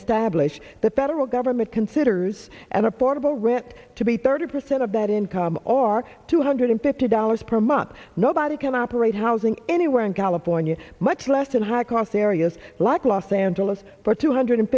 establish the federal government considers a portable rent to be thirty percent of that income or two hundred fifty dollars per month nobody can operate housing anywhere in california much less in high cost areas like los angeles for two hundred